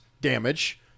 damage